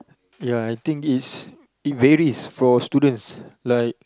ya I think it's it varies for students like